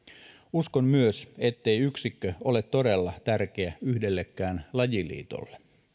uskon myös ettei yksikkö ole todella tärkeä yhdellekään lajiliitolle